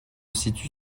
situe